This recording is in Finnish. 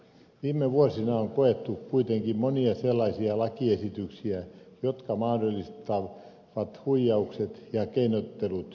viime vuosina on koettu kuitenkin monia sellaisia lakiesityksiä jotka mahdollistavat huijaukset ja keinottelut yritystoiminnassa